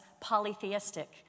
polytheistic